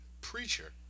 preacher